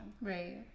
Right